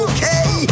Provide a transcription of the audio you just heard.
Okay